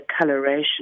coloration